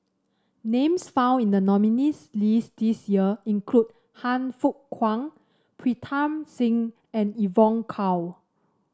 names found in the nominees' list this year include Han Fook Kwang Pritam Singh and Evon Kow